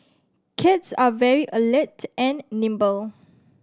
cats are very alert and nimble